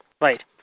Right